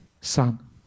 son